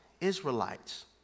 Israelites